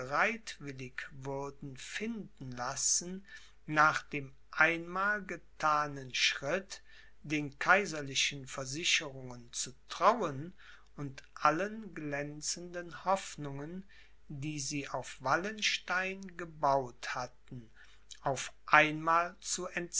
würden finden lassen nach dem einmal gethanen schritt den kaiserlichen versicherungen zu trauen und allen glänzenden hoffnungen die sie auf wallenstein gebaut hatten auf einmal